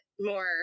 more